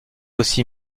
aussi